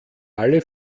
alle